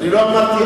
אני לא אמרתי.